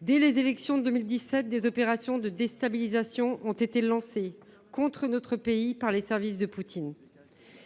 Dès les élections de 2017, des opérations de déstabilisation ont été lancées contre notre pays par les services de Poutine.